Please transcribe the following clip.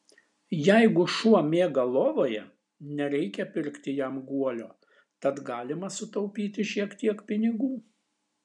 jeigu šuo miega lovoje nereikia pirkti jam guolio tad galima sutaupyti šiek tiek pinigų